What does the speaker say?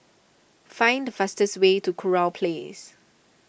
find the fastest way to Kurau Place